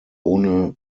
ohne